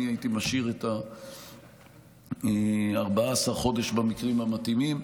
אני הייתי משאיר את 14 החודשים במקרים המתאימים,